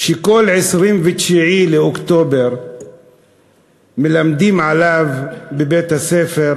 שכל 29 באוקטובר מלמדים עליו בבית-הספר,